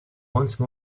once